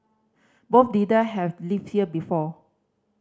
both leader have lived here before